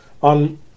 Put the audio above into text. on